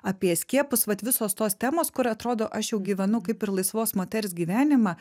apie skiepus vat visos tos temos kur atrodo aš jau gyvenu kaip ir laisvos moters gyvenimą